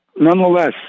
nonetheless